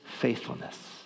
faithfulness